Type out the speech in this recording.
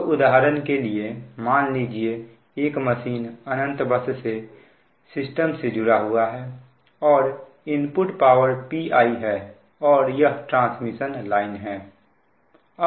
तो उदाहरण के लिए मान लीजिए एक मशीन अनंत बस सिस्टम से जुड़ा हुआ है और इनपुट पावर Pi है और यह ट्रांसमिशन लाइन है